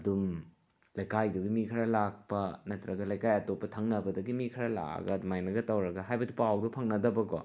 ꯑꯗꯨꯝ ꯂꯩꯀꯥꯏꯗꯨꯒꯤ ꯃꯤ ꯈꯔ ꯂꯥꯛꯄ ꯅꯠꯇ꯭ꯔꯒ ꯂꯩꯀꯥꯏ ꯑꯇꯣꯞꯄ ꯊꯪꯅꯕꯗꯒꯤ ꯃꯤ ꯈꯔꯒ ꯂꯥꯛꯑꯒ ꯑꯗꯨꯃꯥꯏꯒ ꯇꯧꯔꯒ ꯍꯥꯏꯕꯗꯤ ꯄꯥꯎꯗꯣ ꯐꯪꯅꯗꯕꯀꯣ